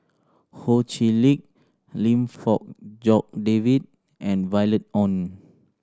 Ho Chee Lick Lim Fong Jock David and Violet Oon